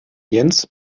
jens